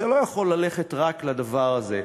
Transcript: זה לא יכול ללכת רק לדבר הזה.